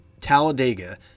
Talladega